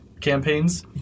campaigns